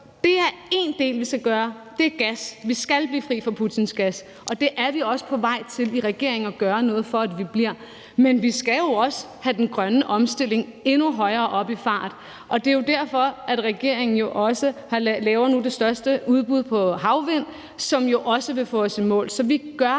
er en af de ting, vi skal gøre. Vi skal blive fri for Putins gas, og det er vi i regeringen også på vej til at gøre noget for at vi bliver. Men vi skal også have den grønne omstilling endnu højere op i fart, og det er jo også derfor, at regeringen nu laver det største udbud på havvindmøller, hvilket jo også vil få os i mål. Så vi gør,